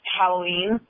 Halloween